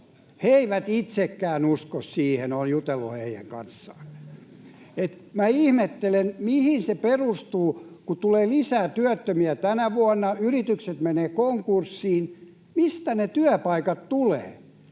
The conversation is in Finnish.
He eivät itsekään usko siihen, olen jutellut heidän kanssaan. Ihmettelen, mihin se perustuu, kun tulee lisää työttömiä tänä vuonna, yritykset menevät konkurssiin. Mistä ne työpaikat tulevat?